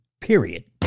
period